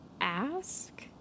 ask